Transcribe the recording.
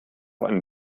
einen